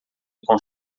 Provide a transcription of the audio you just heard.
com